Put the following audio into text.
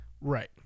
Right